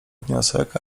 wniosek